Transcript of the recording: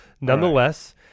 Nonetheless